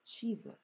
Jesus